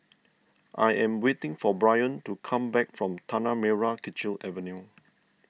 I am waiting for Bryon to come back from Tanah Merah Kechil Avenue